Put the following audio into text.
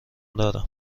دارم